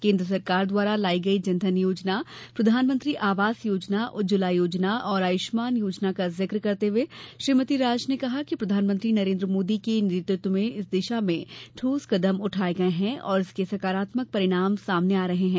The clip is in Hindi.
केन्द्र सरकार द्वारा लाई गई जनधन योजना प्रधानमंत्री आवास योजना उज्जवला योजना और आयुष्मान योजना का जिक करते हुए श्रीमती राज ने कहा कि प्रधानमंत्री नरेन्द्र मोदी के नेतृत्व में इस दिशा में ठोस कदम उठाये गये हैं और इनके सकारात्मक परिणाम सामने आ रहे हैं